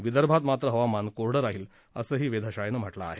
विर्दभात मात्र हवामान कोरडं राहिल असंही वेधशाळेनं म्हटलं आहे